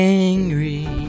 angry